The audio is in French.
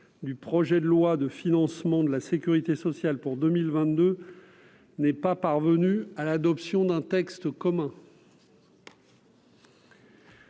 du projet de loi de financement de la sécurité sociale pour 2022 n'est pas parvenue à l'adoption d'un texte commun.